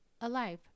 alive